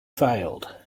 failed